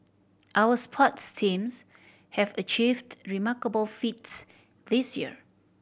our sports teams have achieved remarkable feats this year